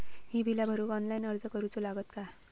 ही बीला भरूक ऑनलाइन अर्ज करूचो लागत काय?